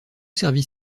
service